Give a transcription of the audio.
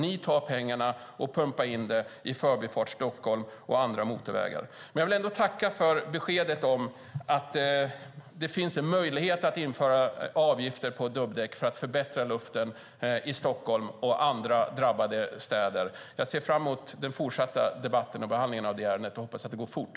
Ni tar pengarna och pumpar in dem i Förbifart Stockholm och andra motorvägar. Men jag vill ändå tacka för beskedet om att det finns en möjlighet att införa avgifter på dubbdäck för att förbättra luften i Stockholm och andra drabbade städer. Jag ser fram emot den fortsatta debatten och behandlingen av det ärendet och hoppas att det går fort.